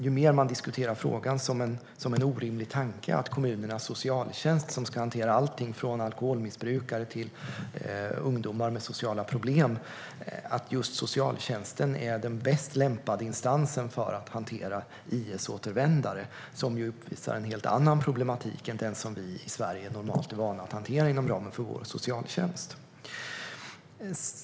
Ju mer man diskuterar frågan, desto mer framstår det som en orimlig tanke att kommunernas socialtjänst, som ska hantera allt från alkoholmissbrukare till ungdomar med sociala problem, är den bäst lämpade instansen för att hantera IS-återvändare som uppvisar en helt annan problematik än den som vi i Sverige normalt är vana att hantera inom ramen för vår socialtjänst.